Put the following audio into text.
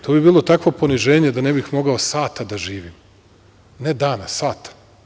To bi bilo takvo poniženje da ne bih mogao sata da živim, ne dana, sata.